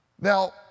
Now